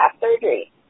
surgery